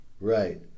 right